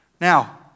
Now